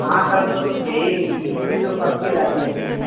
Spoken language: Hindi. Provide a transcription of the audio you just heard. हाँ सर तो यही स्थिति तो सबकी रहेती है सर जी